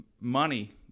money